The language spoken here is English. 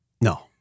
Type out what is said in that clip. No